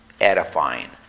edifying